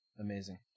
Amazing